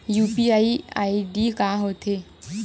UPI ID का होथे?